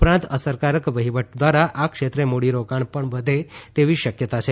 ઉપરાંત અસરકારક વહીવટ ધ્વારા આ ક્ષેત્રે મુડી રોકાણ પણ વધે તેવી શકયતા છે